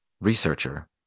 researcher